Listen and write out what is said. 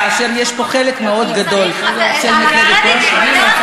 כאשר יש פה חלק מאוד גדול של מפלגת כולנו,